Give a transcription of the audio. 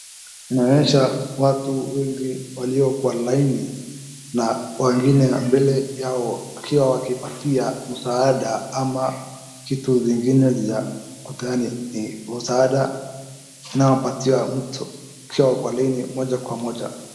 Naonyesha watu wengi walio kwa laini na wengine mbele yao wakiwa wakipatia msaada ama kitu zingine za kutani usaada unaopatia mtu wako kwa laini moja kwa moja.